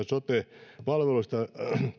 sote palveluista